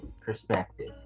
perspective